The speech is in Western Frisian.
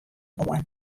oan